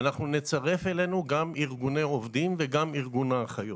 ואנחנו נצרף אלינו גם ארגוני עובדים וגם את ארגון האחיות.